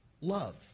love